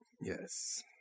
Yes